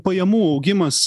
pajamų augimas